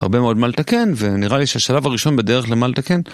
הרבה מאוד מה לתקן, ונראה לי שהשלב הראשון בדרך למה לתקן...